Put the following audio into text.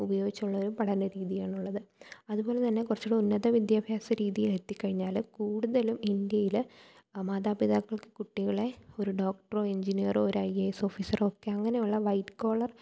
ഉപയോഗിച്ചുള്ള ഒരു പഠന രീതിയാണുള്ളത് അതുപോലെ തന്നെ കുറച്ചൂടെ ഉന്നത വിദ്യാഭ്യാസ രീതി എത്തിക്കഴിഞ്ഞാൽ കൂടുതലും ഇന്ത്യയിൽ മാതാപിതാക്കൾക്ക് കുട്ടികളെ ഒരു ഡോക്ടറോ എൻജിനീയറോ ഒരു ഐ എ എസ് ഓഫീസറോ ഒക്കെ അങ്ങനെയുള്ള വൈറ്റ് കോളർ